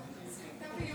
חבר הכנסת רם בן